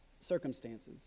circumstances